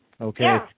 Okay